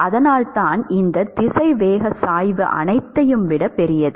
அதனால்தான் இந்த திசைவேக சாய்வு அனைத்தையும் விட பெரியது